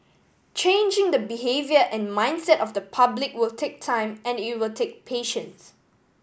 changing the behaviour and mindset of the public will take time and it will take patience